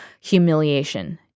humiliation